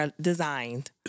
designed